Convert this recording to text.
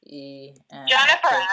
Jennifer